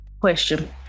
question